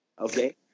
Okay